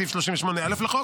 סעיף 38(א) לחוק.